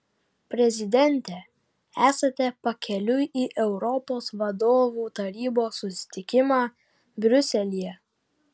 prezidente esate pakeliui į europos vadovų tarybos susitikimą briuselyje